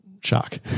Shock